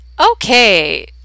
Okay